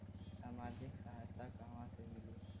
सामाजिक सहायता कहवा से मिली?